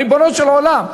ריבונו של עולם,